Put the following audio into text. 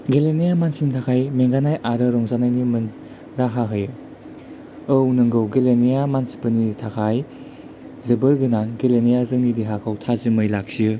गेलेनाया मानसिनि थाखाय मेंगानाय आरो रंजानायनि मोन राहा होयो औ नंगौ गेलेनाया मानसिफोरनि थाखाय जोबोर गोनां गेलेनाया जोंनि देहाखौ थाजिमै लाखियो